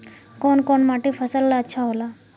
कौन कौनमाटी फसल ला अच्छा होला?